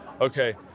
Okay